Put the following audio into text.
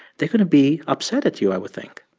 they're going to be upset at you, i would think